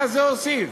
מה זה הוסיף?